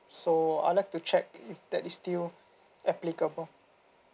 so I like to check if that is still applicable